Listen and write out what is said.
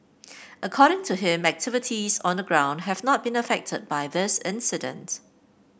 according to him activities on the ground have not been affected by this incident